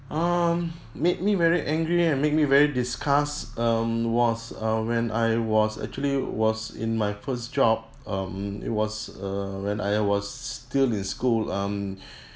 um made me very angry and make me very disgust um was uh when I was actually was in my first job um it was err when I was still in school um